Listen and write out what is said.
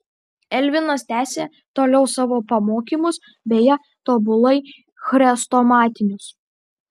elvinas tęsė toliau savo pamokymus beje tobulai chrestomatinius